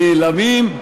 נעלמות.